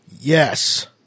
Yes